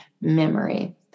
memory